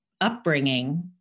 upbringing